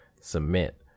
submit